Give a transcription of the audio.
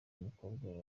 mukobwa